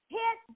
hit